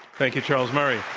thank you, charles murray.